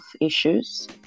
issues